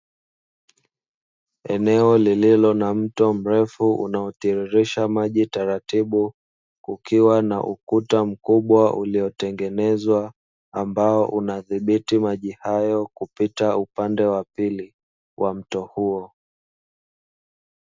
Eneo lililo na mto mrefu unaotiririsha maji taratibu kukiwa na ukuta mkubwa uliotengenezwa, ambao unadhibiti maji hayo kupita upande wa pili wa mto huo.